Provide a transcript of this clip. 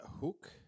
Hook